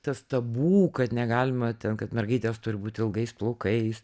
tas tabu kad negalima ten kad mergaitės turi būt ilgais plaukais